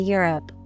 Europe